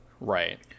Right